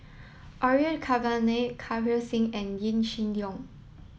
Orfeur Cavenagh Kirpal Singh and Yaw Shin Leong